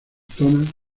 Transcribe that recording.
zonas